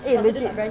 eh legit